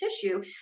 tissue